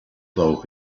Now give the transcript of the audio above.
though